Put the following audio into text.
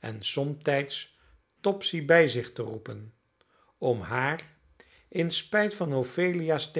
en somtijds topsy bij zich te roepen om haar in spijt van ophelia's